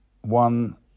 one